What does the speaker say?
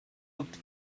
looked